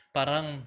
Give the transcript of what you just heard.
Parang